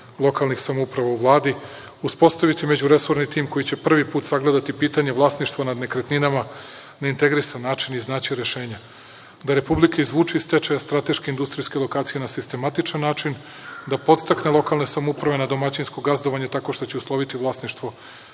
lokalnih samouprava u Vladi. Uspostaviti međuresorni tim koji će prvi put sagledati pitanje vlasništva nad nekretninama na neintegrisan način i iznaći rešenja, da Republici izvuče iz stečaja strateške industrijske lokacije na sistematičan način, da podstakne lokalne samouprave nad domaćinsko gazdovanje, tako što ću usloviti vlasništvo